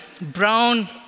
brown